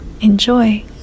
Enjoy